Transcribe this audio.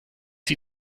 die